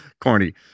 corny